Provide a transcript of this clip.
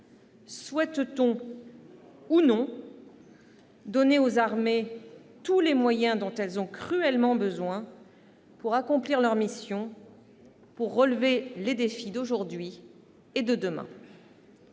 souhaite-t-on ou non donner aux armées tous les moyens dont elles ont cruellement besoin pour accomplir leurs missions, pour relever les défis d'aujourd'hui et de demain ?